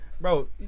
bro